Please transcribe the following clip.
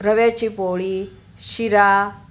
रव्याची पोळी शिरा